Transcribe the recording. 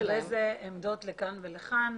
לגבי זה יש עמדות לכאן ולכאן.